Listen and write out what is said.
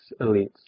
elites